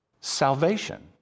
salvation